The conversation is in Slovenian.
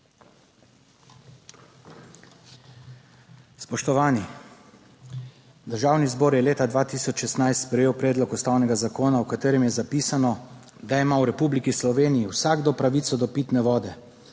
Spoštovani. Državni zbor je leta 2016 sprejel predlog ustavnega zakona, v katerem je zapisano, da ima v Republiki Sloveniji vsakdo pravico do pitne vode,